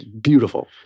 beautiful